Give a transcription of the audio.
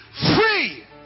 free